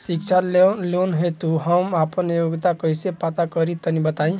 शिक्षा लोन हेतु हम आपन योग्यता कइसे पता करि तनि बताई?